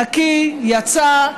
נקי, יצא,